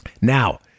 Now